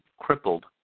crippled